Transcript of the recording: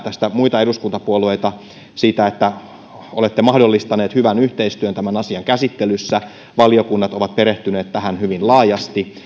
muita eduskuntapuolueita siitä että olette mahdollistaneet hyvän yhteistyön tämän asian käsittelyssä valiokunnat ovat perehtyneet tähän hyvin laajasti